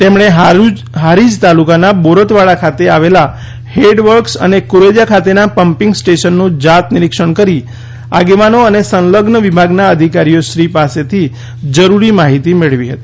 તેમણે હારીજ તાલુકાના બોરતવાડા ખાતે આવેલા હેડ વર્ક્સ અને કુરેજા ખાતેના પંપીંગ સ્ટેશનનું જાતનિરીક્ષણ કરી આગેવાનો અને સંલઝ્ન વિભાગના અધિકારીશ્રીઓ પાસેથી જરૂરી માહિતી મેળવી હતી